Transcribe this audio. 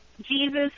Jesus